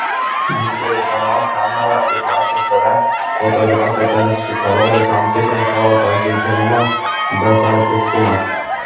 nukreipdama kamerą į pačią save fotografė tarsi parodo tam tikrą savo pažeidžiamumą betarpiškumą